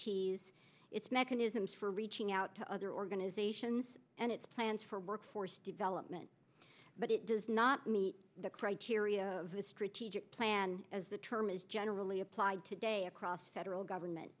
ts it's mechanisms for reaching out to other organizations and its plans for workforce development but it does not meet the criteria of a strategic plan as the term is generally applied today across federal government